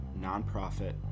nonprofit